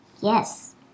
Yes